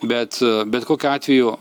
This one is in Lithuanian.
bet bet kokiu atveju